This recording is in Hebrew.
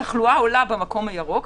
התחלואה עולה במקום הירוק,